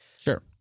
Sure